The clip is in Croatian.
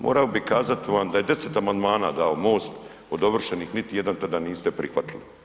Morao bi kazati vam da je 10 amandmana dao MOST od ovršenih, niti jedan tada niste prihvatili.